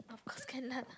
of course can lah